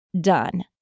done